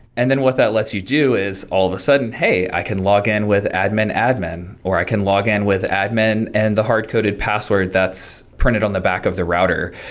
and then what that lets you do is all of a sudden, hey, i can login with admin-admin, or i can login with admin and the hard-coded password that's printed on the back of the router.